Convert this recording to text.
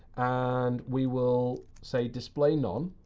and we will say display none.